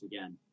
again